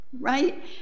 right